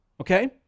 okay